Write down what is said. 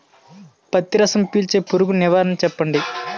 పత్తి రసం పీల్చే పురుగు నివారణ చెప్పండి?